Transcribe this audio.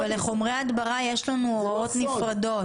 אבל לחומרי הדברה יש לנו הוראות נפרדות,